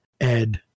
Ed